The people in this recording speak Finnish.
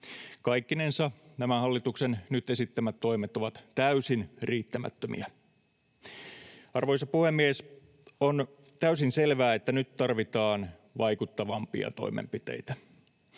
Kaikkinensa nämä hallituksen nyt esittämät toimet ovat täysin riittämättömiä. Arvoisa puhemies! On täysin selvää, että nyt tarvitaan vaikuttavampia toimenpiteitä.